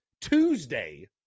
Tuesday